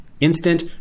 instant